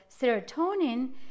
serotonin